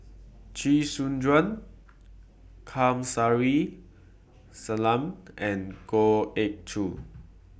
Chee Soon Juan Kamsari Salam and Goh Ee Choo